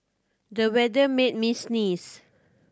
the weather made me sneeze